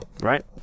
right